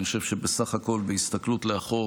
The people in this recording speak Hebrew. אני חושב שבסך הכול בהסתכלות לאחור